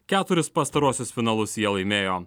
keturis pastaruosius finalus jie laimėjo